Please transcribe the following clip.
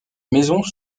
maisons